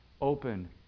open